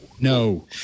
No